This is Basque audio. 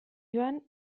joan